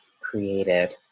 created